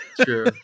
True